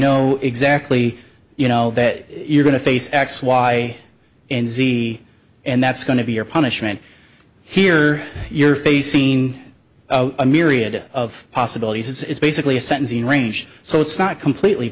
know exactly you know that you're going to face x y and z and that's going to be your punishment here you're facing a myriad of possibilities it's basically a sentencing range so it's not completely